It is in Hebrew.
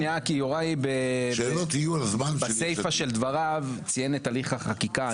כי יוראי בסיפה של דבריו ציין את הליך חקיקה.